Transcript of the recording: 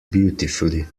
beautifully